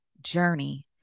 journey